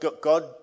God